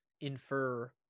infer